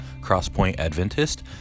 crosspointadventist